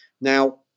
Now